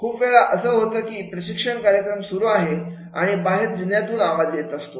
खूप वेळा असं होतं की प्रशिक्षण कार्यक्रम सुरू आहे आणि बाहेर जिन्यातून आवाज येत असतो